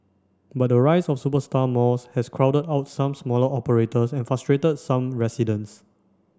but the rise of superstar malls has crowded out some smaller operators and frustrated some residents